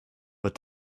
but